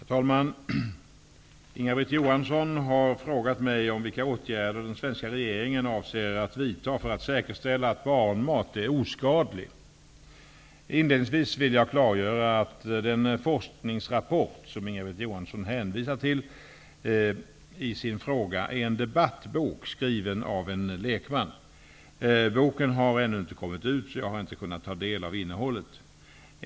Herr talman! Inga-Britt Johansson har frågat mig vilka åtgärder den svenska regeringen avser att vidta för att säkerställa att barnmat är oskadlig. Inledningsvis vill jag klargöra att den forskningsrapport som Inga-Britt Johansson hänvisar till i sin fråga är en debattbok, skriven av en lekman. Boken har ännu inte kommit ut så jag har inte kunnat ta del av innehållet.